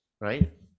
right